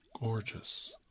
gorgeous